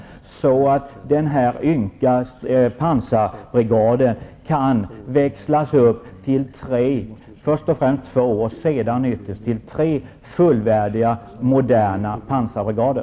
En ynka pansarbrigad kan växlas upp till först två och sedan ytterst till tre fullvärdiga moderna pansarbrigader.